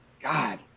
God